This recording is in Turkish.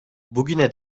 bugüne